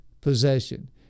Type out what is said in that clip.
possession